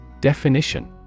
Definition